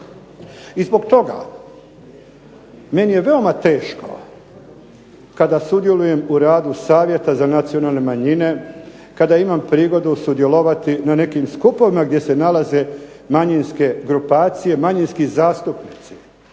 I zbog toga meni je veoma teško kada sudjelujem u radu Savjeta z anacionalne manjine, kada imam prigodu sudjelovati na nekim skupovima gdje se nalaze manjinske grupacije, manjinski zastupnici,